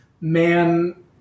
man